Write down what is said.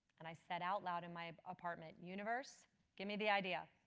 and i said out loud in my apartment, universe give me the idea.